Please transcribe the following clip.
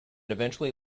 eventually